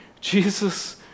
Jesus